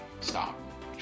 stop